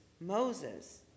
Moses